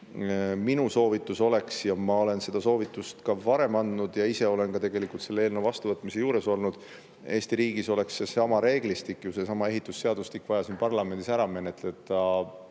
Minu soovitus oleks, ja ma olen seda soovitust ka varem andnud ja ise olen ka tegelikult selle eelnõu vastuvõtmise juures olnud: Eesti riigis oleks seesama reeglistik ju, seesama ehitusseadustik vaja siin parlamendis ära menetleda